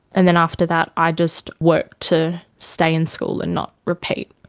and then after that i just worked to stay in school and not repeat.